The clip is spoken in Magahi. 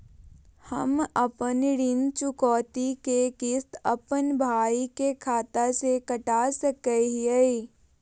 हम अपन ऋण चुकौती के किस्त, अपन भाई के खाता से कटा सकई हियई?